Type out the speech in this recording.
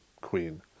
Queen